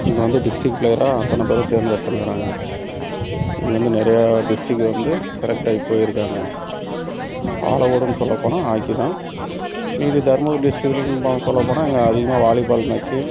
அங்க வந்து டிஸ்டிக் பிளேயரா அத்தனை பேரை தேர்ந்தெடுத்துன்னுக்கிறாங்க இங்கே வந்து நிறையா டிஸ்டிக் வந்து செலெக்ட் ஆகி போயிருக்காங்க பாலக்கோடுன்னு சொல்லப்போனால் ஹாக்கி தான் மீதி தருமபுரி டிஸ்டிக்லன்னு சொல்லப்போனால் அங்கே அதிகமாக வாலிபால் மேட்ச்சு